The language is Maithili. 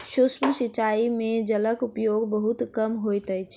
सूक्ष्म सिचाई में जलक उपयोग बहुत कम होइत अछि